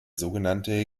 sogenannte